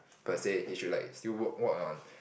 per se he should like still work work on